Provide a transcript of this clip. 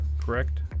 correct